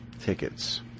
Tickets